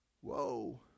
Whoa